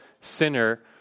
sinner